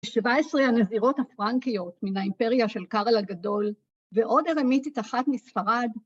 ‫17 הנזירות הפרנקיות ‫מן האימפריה של קארל הגדול, ‫ועוד הרמיתית אחת מספרד.